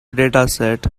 dataset